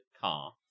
car